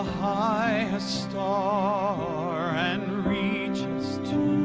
star ah star and reaches to